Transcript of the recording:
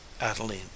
Adeline